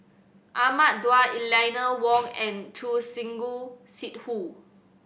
Ahmad Daud Eleanor Wong and Choor Singh Sidhu